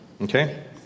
okay